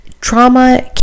trauma